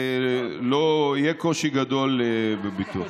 יהיה קושי גדול בביטוח.